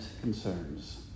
concerns